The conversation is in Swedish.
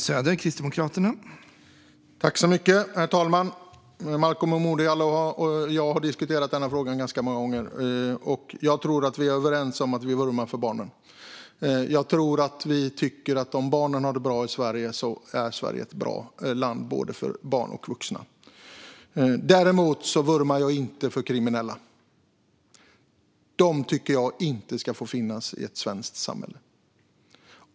Herr talman! Malcolm Momodou Jallow och jag har diskuterat denna fråga ganska många gånger, och jag tror att vi är överens om att vi vurmar för barnen och att om barnen har det bra i Sverige så är Sverige ett bra land för både barn och vuxna. Däremot vurmar jag inte för kriminella. De ska inte få finnas i det svenska samhället.